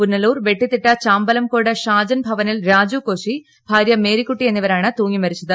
പുനലൂർ വെട്ടിത്തിട്ടചാമ്പലംകോട് ഷാജൻ ഭവനിൽ രാജുകോശി ഭാര്യ മേരിക്കുട്ടി എന്നിവരാണ് തു്ങ്ങിമരിച്ചത്